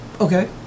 Okay